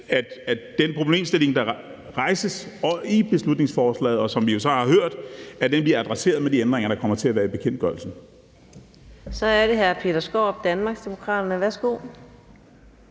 at den problemstilling, der rejses i beslutningsforslaget, og som vi jo så har hørt, bliver adresseret med de ændringer, der kommer til at være i bekendtgørelsen. Kl. 14:33 Anden næstformand (Karina